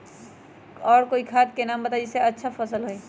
और कोइ खाद के नाम बताई जेसे अच्छा फसल होई?